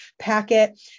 packet